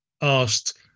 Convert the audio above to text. asked